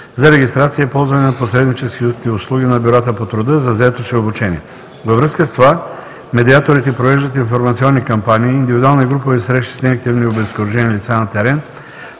за регистрация и ползване на посредническите услуги на ДБТ за заетост и обучение. Във връзка с това, медиаторите провеждат информационни кампании, индивидуални и групови срещи с неактивните и обезкуражените лица на терен,